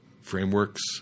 Frameworks